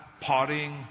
partying